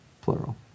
Plural